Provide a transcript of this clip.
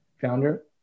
founder